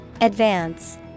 Advance